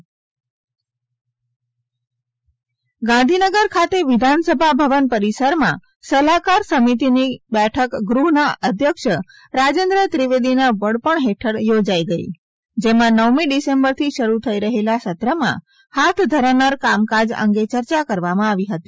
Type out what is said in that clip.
વિધાનસભા બેઠક ગાંધીનગર ખાતે વિધાનસભા ભવન પરિસર માં સલાહકાર સમિતિ ની બેઠક ગૃહ ના અધ્યક્ષ રાજેન્દ્ર ત્રિવેદી ના વડપણ હેઠળ યોજાઇ ગઈ જેમ નવમી ડિસેમ્બર થી શરૂ થઈ રહેલા સત્ર માં હાથ ધરાનાર કામકાજ અંગે ચર્ચા કરવામાં આવી હતી